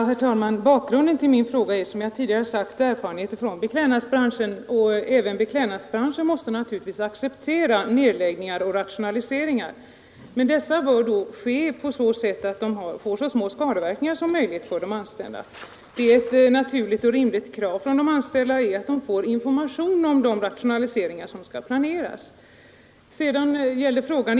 Herr talman! Bakgrunden till min fråga är, som jag tidigare sagt, erfarenheter från beklädnadsbranschen. Även denna bransch måste naturligtvis acceptera nedläggningar och rationaliseringar. Men dessa bör då ske så att de får så små skadeverkningar som möjligt för de anställda. Ett naturligt och rimligt krav från de anställda är att de får information om de rationaliseringar som planeras.